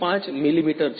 5 મીમી છે